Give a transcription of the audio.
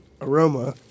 aroma